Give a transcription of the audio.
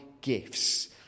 gifts